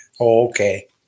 okay